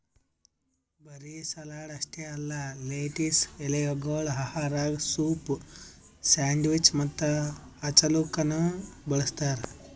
ಬರೀ ಸಲಾಡ್ ಅಷ್ಟೆ ಅಲ್ಲಾ ಲೆಟಿಸ್ ಎಲೆಗೊಳ್ ಆಹಾರ, ಸೂಪ್, ಸ್ಯಾಂಡ್ವಿಚ್ ಮತ್ತ ಹಚ್ಚಲುಕನು ಬಳ್ಸತಾರ್